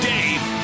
Dave